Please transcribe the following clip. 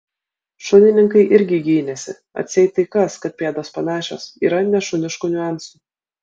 šunininkai irgi gynėsi atseit tai kas kad pėdos panašios yra nešuniškų niuansų